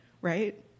right